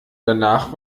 danach